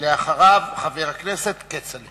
ואחריו, חבר הכנסת יעקב כץ.